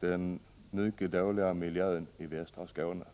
den mycket dåliga miljön i västra Skåne.